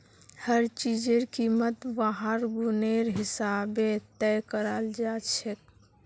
हर चीजेर कीमत वहार गुनेर हिसाबे तय कराल जाछेक